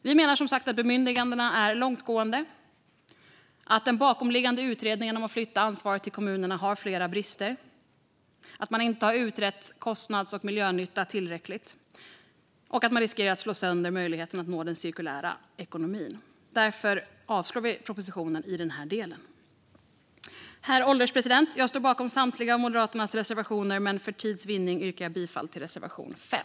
Vi menar som sagt att bemyndigandena är långtgående och att den bakomliggande utredningen om att flytta ansvaret till kommunerna har flera brister. Man har inte utrett kostnads och miljönytta tillräckligt, och man riskerar att slå sönder möjligheterna att nå den cirkulära ekonomin. Därför vill vi avslå propositionen i denna del. Herr ålderspresident! Jag står bakom Moderaternas samtliga reservationer, men för tids vinning yrkar jag bifall endast till reservation 5.